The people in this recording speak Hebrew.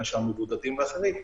מבודדים ואחרים.